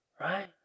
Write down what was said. Right